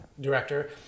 director